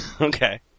Okay